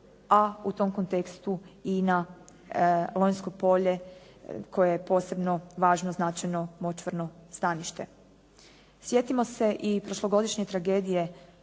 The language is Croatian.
a u tom kontekstu i na Lonjsko polje koje je posebno važno značajno močvarno stanište. Sjetimo se i prošlogodišnje tragedije